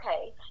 okay